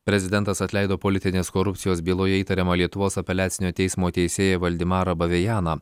prezidentas atleido politinės korupcijos byloje įtariamą lietuvos apeliacinio teismo teisėją vladimarą bavėjaną